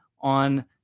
on